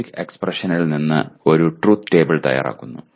logic എക്സ്പ്രഷനിൽ നിന്ന് ഒരു ട്രൂത് ടേബിൾ തയ്യാറാക്കുന്നു